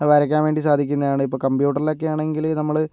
വരയ്ക്കാൻ വേണ്ടി സാധിക്കുന്നതെന്ന് ഇപ്പം കമ്പ്യൂട്ടറിലൊക്കെയാണെങ്കില് നമ്മള്